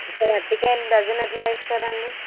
సరే అరటికాయలు డజన్ ఎట్లా ఇస్తారండి